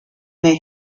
they